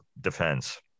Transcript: defense